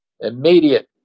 immediate